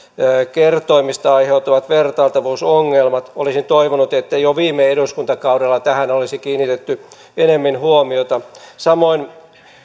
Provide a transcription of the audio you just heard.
kertoimista aiheutuvat vertailtavuusongelmat olisin toivonut että jo viime eduskuntakaudella tähän olisi kiinnitetty enemmän huomiota samoin